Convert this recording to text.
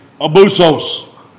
abusos